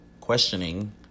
questioning